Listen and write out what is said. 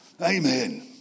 Amen